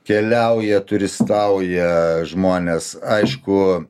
keliauja turistauja žmonės aišku